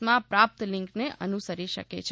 માં પ્રાપ્ત લિંકને અનુસરી શકે છે